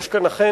אכן,